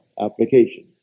application